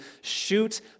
shoot